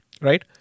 Right